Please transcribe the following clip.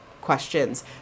questions